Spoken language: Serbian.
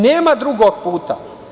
Nema drugog puta.